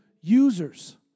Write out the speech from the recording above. users